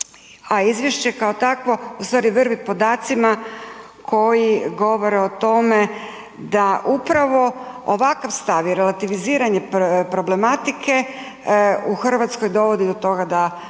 A Izvješće kao takvo ustvari vrvi podacima koji govore o tome da upravo ovakav stav je relativiziranje problematike u Hrvatskoj dovodi do toga da